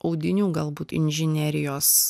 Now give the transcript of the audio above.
audinių galbūt inžinerijos